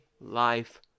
life